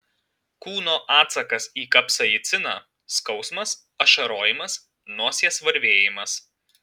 kūno atsakas į kapsaiciną skausmas ašarojimas nosies varvėjimas